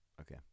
Okay